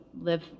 live